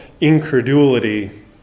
incredulity